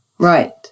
Right